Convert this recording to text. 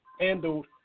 handled